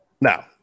No